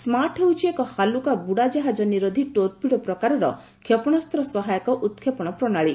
smart ହେଉଛି ଏକ ହାଲୁକା ବୁଡ଼ା ଜାହାଜ ନିରୋଧୀ ଟୋର୍ପିଡୋ ପ୍ରକାରର କ୍ଷେପଣାସ୍ତ୍ର ସହାୟକ ଉତ୍କ୍ଷେପଣ ପ୍ରଣାଳୀ